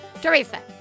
Teresa